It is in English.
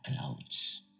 clouds